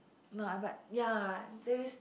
no ah but ya there is